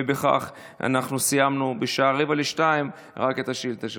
וכך אנחנו סיימנו בשעה 01:45 רק את השאילתה שלך.